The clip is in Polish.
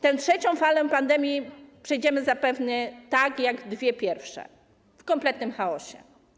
Tę trzecią falę pandemii przejdziemy zapewne tak, jak dwie pierwsze - w kompletnym chaosie.